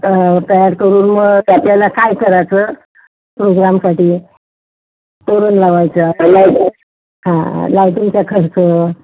तयार करून मग ते आपल्याला काय करायचं प्रोग्रॅमसाठी तोरण लावायचं का लाईट हां लायटींगचा खर्च